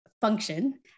function